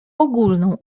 ogólną